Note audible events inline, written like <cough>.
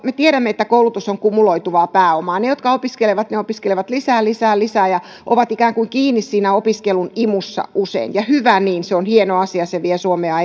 <unintelligible> me tiedämme että koulutus on kumuloituvaa pääomaa ne jotka opiskelevat opiskelevat lisää lisää lisää ja ovat usein ikään kuin kiinni siinä opiskelun imussa ja hyvä niin se on hieno asia se vie suomea <unintelligible>